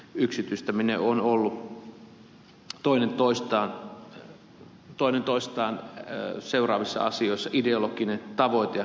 yksityistäminen on ollut toinen toistaan seuraavissa asioissa ideologinen tavoite